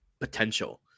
potential